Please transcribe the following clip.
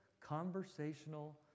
conversational